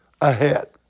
ahead